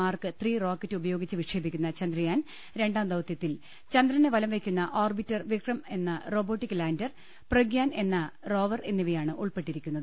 mark the rocket ഉപയോഗിച്ച് വിക്ഷേപിക്കുന്ന ചന്ദ്രയാൻ രണ്ടാം ദൌത്യത്തിൽ ചന്ദ്രനെ വലംവയ്ക്കുന്ന ഒർബിറ്റർ വിക്രം എന്ന റോബോട്ടിക് ലാന്റർ പ്രൊഗ്യാൻ എന്ന റോവർ എന്നിവയാണ് ഉൾപ്പെട്ടിരിക്കുന്നത്